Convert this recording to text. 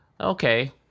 okay